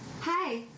Hi